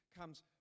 comes